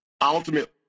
ultimately